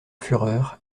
fureur